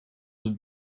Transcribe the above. het